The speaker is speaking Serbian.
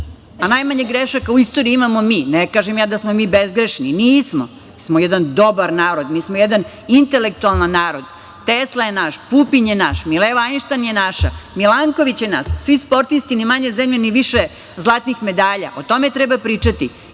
a najmanje grešaka u istoriji mamo mi. Ne kažem ja da smo mi bezgrešni. Nismo. Mi smo jedan dobar narod, mi smo jedan intelektualan narod. Tesla je naš, Pupin je naš, Mileva Anštajn je naša, Milankovć je naš. Svi sportisti ni manje zemlje ni više zlatnih medalja. O tome treba pričati.Zašto